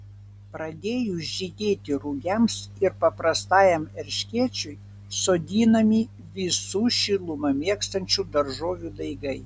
pradėjus žydėti rugiams ir paprastajam erškėčiui sodinami visų šilumą mėgstančių daržovių daigai